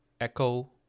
Echo